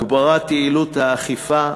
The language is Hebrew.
הגברת יעילות האכיפה,